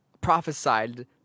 prophesied